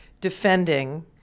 defending